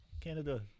Canada